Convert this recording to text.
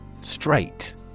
Straight